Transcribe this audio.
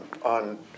on